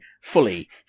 fully